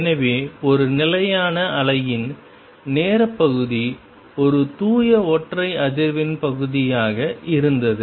எனவே ஒரு நிலையான அலையின் நேர பகுதி ஒரு தூய ஒற்றை அதிர்வெண் பகுதியாக இருந்தது